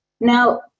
now